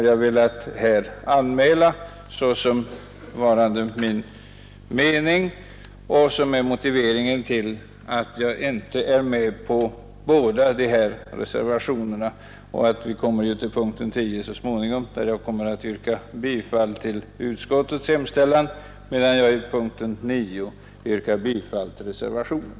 Jag har här velat motivera varför jag inte anslutit mig till båda dessa reservationer.